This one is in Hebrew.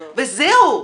וזהו.